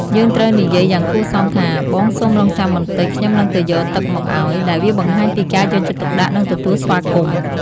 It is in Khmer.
យើងត្រូវនិយាយយ៉ាងគួរសមថា បងសូមរង់ចាំបន្តិច ខ្ញុំនឹងទៅយកទឹកមកឲ្យ ដែលវាបង្ហាញពីការយកចិត្តទុកដាក់ និងទទួលស្វាគមន៍។